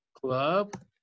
Club